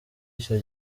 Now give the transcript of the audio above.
icyo